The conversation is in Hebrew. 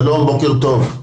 שלום, בוקר טוב.